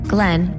Glenn